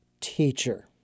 teacher